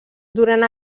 durant